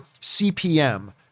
CPM